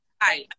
Hi